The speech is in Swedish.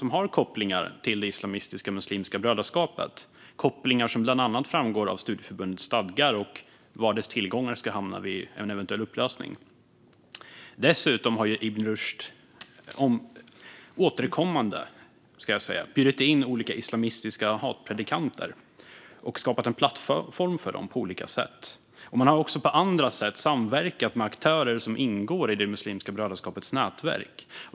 Den har kopplingar till det islamistiska Muslimska brödraskapet, kopplingar som bland annat framgår av studieförbundets stadgar och av var dess tillgångar ska hamna vid en eventuell upplösning. Dessutom har Ibn Rushd återkommande bjudit in olika islamistiska hatpredikanter och skapat en plattform för dem på olika sätt. Man har också på andra sätt samverkat med aktörer som ingår i Muslimska brödraskapets nätverk.